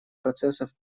процессов